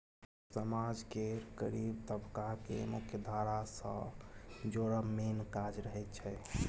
समाज केर गरीब तबका केँ मुख्यधारा सँ जोड़ब मेन काज रहय छै